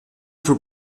for